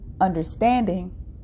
understanding